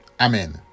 Amen